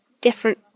different